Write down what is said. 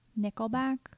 Nickelback